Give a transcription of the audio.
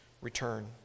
return